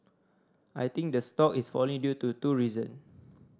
I think the stock is falling due to two reason